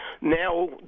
now